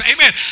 Amen